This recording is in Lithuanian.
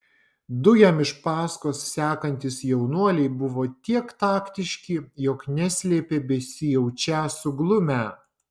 du jam iš paskos sekantys jaunuoliai buvo tiek taktiški jog neslėpė besijaučią suglumę